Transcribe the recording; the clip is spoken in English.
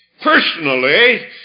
Personally